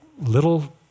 little